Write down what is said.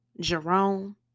Jerome